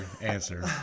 answer